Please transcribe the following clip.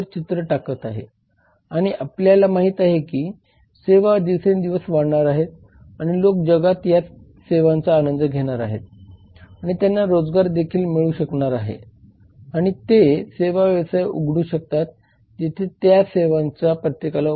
तर हे मुळात विविध न्यायपालिकेच्या अनेक निर्णयांशी संबंधित आहेत आणि हे निर्णय देखील व्यवसायांना माहित असणे आवश्यक आहे